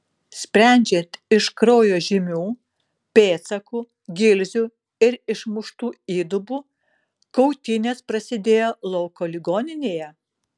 sprendžiant iš kraujo žymių pėdsakų gilzių ir išmuštų įdubų kautynės prasidėjo lauko ligoninėje